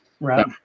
right